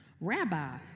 Rabbi